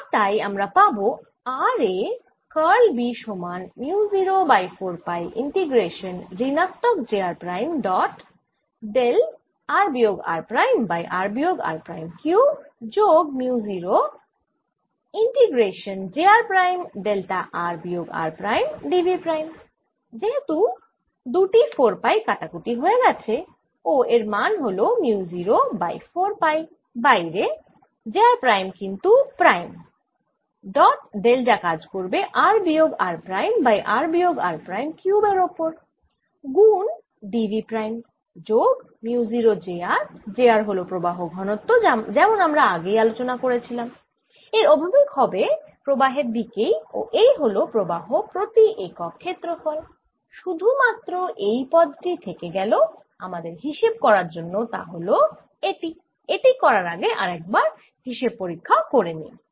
আর তাই আমরা পাবো r এ কার্ল B সমান মিউ 0 বাই 4 পাই ইন্টিগ্রেশান ঋণাত্মক j r prime dot del r বিয়োগ r প্রাইম বাই r বিয়োগ r প্রাইম কিউব যোগ mu 0 integration j r prime delta r বিয়োগ r prime d v prime যেহেতু দুটি 4 pi কাটাকুটি হয়ে গেছে ও এর মান হল মিউ 0 বাই 4 পাই বাইরে j r প্রাইম কিন্তু prime Refer Time 1539 dot del যা কাজ করবে r বিয়োগ r প্রাইম বাই r বিয়োগ r প্রাইম কিউব এর ওপর গুন d V প্রাইম যোগ mu 0 j r j r হল প্রবাহ ঘনত্ব যেমন আমরা আগেই আলোচনা করেছিলাম এর অভিমুখ হবে প্রবাহের দিকেই ও এই হল প্রবাহ প্রতি একক ক্ষেত্রফল শুধু মাত্র যেই পদ টি থেকে গেল আমাদের হিসেব করার জন্য তা হল এটি এটি করার আগে আরেকবার হিসাবপরীক্ষা করে নিই